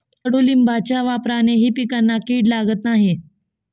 कडुलिंबाच्या वापरानेही पिकांना कीड लागत नाही